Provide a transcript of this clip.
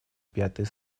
пятой